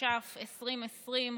התש"ף 2020,